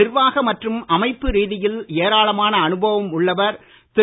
நிர்வாக மற்றும் அமைப்பு ரீதியில் ஏராளமான அனுபவம் உள்ளவர் திரு